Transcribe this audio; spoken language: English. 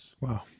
Wow